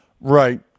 Right